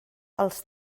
els